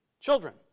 children